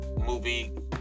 movie